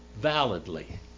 validly